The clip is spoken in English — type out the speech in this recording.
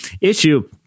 issue